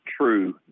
true